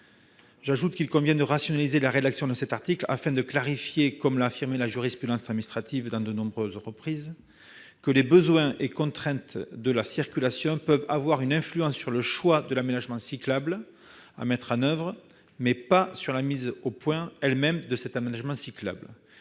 J'ajoute qu'il convient de rationaliser la rédaction de cet article, afin qu'il soit bien clair, comme l'a affirmé la jurisprudence administrative à de nombreuses reprises, que les « besoins et contraintes de la circulation » peuvent avoir une influence sur le choix de l'aménagement cyclable qui doit être mis en oeuvre, mais pas sur la mise au point elle-même de cet aménagement cyclable,